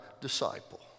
disciple